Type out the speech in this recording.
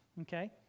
okay